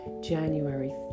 January